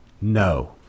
no